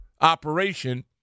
operation